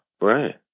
right